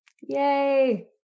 Yay